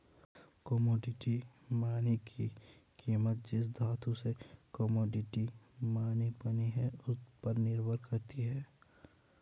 commodity money की कीमत जिस धातु से कोमोडिटी मनी बनी है उस पर निर्भर करती है